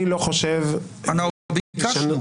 ביקשנו.